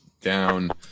down